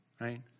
Right